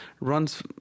runs